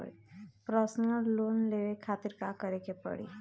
Personal loan लेवे खातिर का करे के पड़ी?